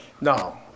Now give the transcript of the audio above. No